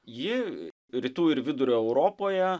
ji rytų ir vidurio europoje